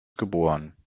geboren